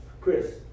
Chris